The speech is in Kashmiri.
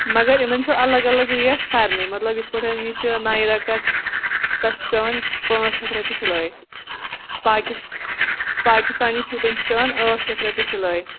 مَگر یِمن چھِ اَلَگ اَلَگ ریٹ سارِنےٕ مَطلَب یِتھ پٲٹھۍ یہِ چھ نایرا کَٹ تَتھ چھِ پٮ۪وان پانٛژھ ہَتھ رۄپیہِ سِلٲے پاکِس پاکِستانی سوٗٹَن چھِ پٮ۪وان ٲٹھ شَتھ رۄپیہِ سِلٲے